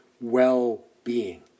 well-being